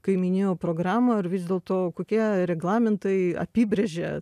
kaimynijų programoje ir vis dėlto kokie reglamentai apibrėžia